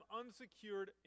unsecured